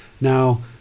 Now